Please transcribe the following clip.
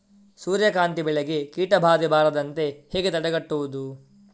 ಸೂರ್ಯಕಾಂತಿ ಬೆಳೆಗೆ ಕೀಟಬಾಧೆಗಳು ಬಾರದಂತೆ ಹೇಗೆ ತಡೆಗಟ್ಟುವುದು?